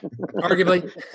Arguably